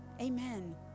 amen